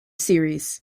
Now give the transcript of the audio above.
series